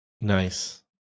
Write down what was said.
Nice